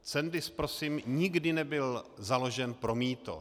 Cendis prosím nikdy nebyl založen pro mýto.